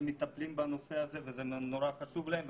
המטפלים בנושא הזה כי הוא מאוד חשוב להם.